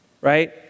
right